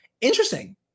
Interesting